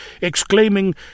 exclaiming